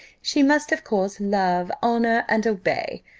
she must of course love, honour, and obey.